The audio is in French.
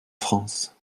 france